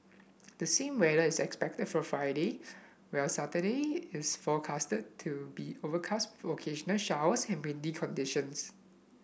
the same weather is expected for Friday while Saturday is forecast to be overcast occasional showers and windy conditions